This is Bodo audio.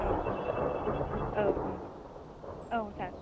औ औ औ सार